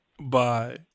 Bye